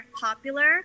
popular